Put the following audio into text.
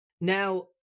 Now